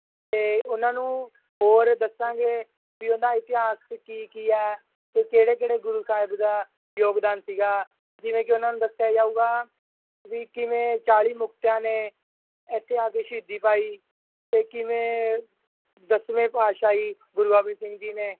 ਅਤੇ ਉਹਨਾਂ ਨੂੰ ਹੋਰ ਦੱਸਾਂਗੇ ਵੀ ਉਹਨਾਂ ਇਤਿਹਾਸ 'ਚ ਕੀ ਕੀ ਹੈ ਅਤੇ ਕਿਹੜੇ ਕਿਹੜੇ ਗੁਰੂ ਸਾਹਿਬ ਦਾ ਯੋਗਦਾਨ ਸੀਗਾ ਜਿਵੇਂ ਕਿ ਉਹਨਾਂ ਨੂੰ ਦੱਸਿਆ ਜਾਊਗਾ ਵੀ ਕਿਵੇਂ ਚਾਲੀ ਮੁਕਤਿਆਂ ਨੇ ਇੱਥੇ ਆ ਕੇ ਸ਼ਹੀਦੀ ਪਾਈ ਅਤੇ ਕਿਵੇਂ ਦਸਵੇਂ ਪਾਤਸ਼ਾਹੀ ਗੁਰੂ ਗੋਬਿੰਦ ਸਿੰਘ ਜੀ ਨੇ